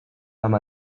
amb